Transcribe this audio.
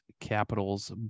Capitals